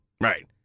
Right